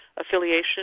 affiliation